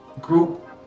group